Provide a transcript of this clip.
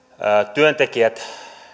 työntekijät